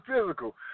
physical